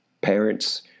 parents